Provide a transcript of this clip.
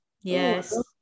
Yes